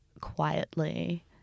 quietly